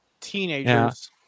teenagers